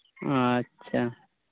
ᱟᱪᱪᱷᱟ